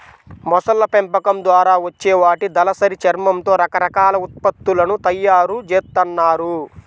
మొసళ్ళ పెంపకం ద్వారా వచ్చే వాటి దళసరి చర్మంతో రకరకాల ఉత్పత్తులను తయ్యారు జేత్తన్నారు